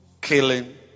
Killing